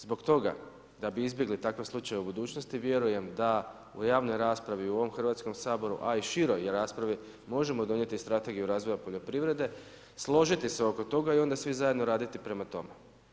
Zbog toga da bi izbjegli takav slučaj u budućnosti, vjerujem da u javnoj raspravi, u ovom Hrvatskom saboru a i široj raspravi možemo donijeti strategiju razvoja poljoprivrede, složiti se oko toga i onda svi zajedno raditi prema tome.